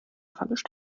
vermischt